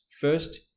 first